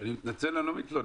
כשאני מתנצל אני לא מתלונן.